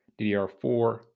DDR4